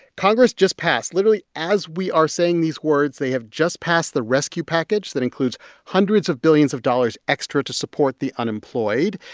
congress just passed literally as we are saying these words, they have just passed the rescue package that includes hundreds of billions of dollars extra to support the unemployed.